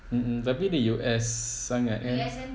mm mm tapi the U_S sangat kan